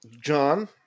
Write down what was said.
John